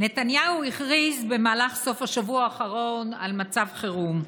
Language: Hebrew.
נתניהו הכריז במהלך סוף השבוע האחרון על מצב חירום,